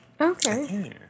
Okay